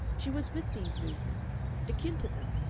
she was with these movements akin to them,